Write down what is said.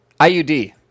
IUD